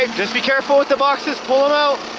ah just be careful with the boxes, pull em out.